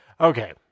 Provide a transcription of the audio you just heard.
Okay